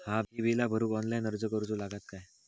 ही बीला भरूक ऑनलाइन अर्ज करूचो लागत काय?